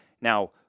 Now-